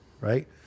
Right